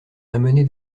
amené